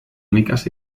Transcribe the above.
únicas